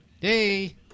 Hey